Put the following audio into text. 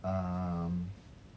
um